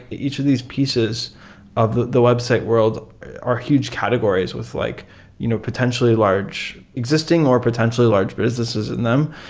each of these pieces of the the website world are huge categories with like you know potentially large existing or potentially large businesses in them.